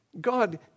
God